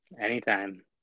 Anytime